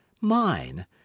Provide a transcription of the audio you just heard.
mine